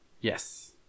Yes